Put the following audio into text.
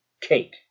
cake